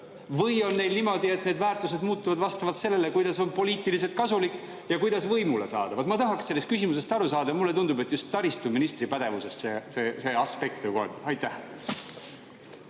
või on niimoodi, et nende väärtused muutuvad vastavalt sellele, kuidas on poliitiliselt kasulik ja kuidas võimule saada. Vaat, ma tahaksin selles küsimuses aru saada. Ja mulle tundub, et just taristuministri pädevuses see aspekt on. Austatud